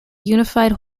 unified